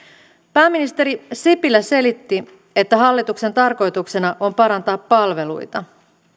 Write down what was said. pääministeri sipilä selitti että hallituksen tarkoituksena on parantaa palveluita